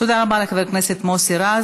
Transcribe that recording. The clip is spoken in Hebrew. תודה רבה לחבר הכנסת מוסי רז.